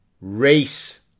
Race